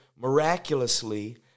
miraculously